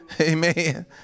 Amen